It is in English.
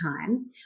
time